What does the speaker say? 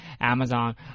Amazon